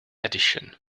edition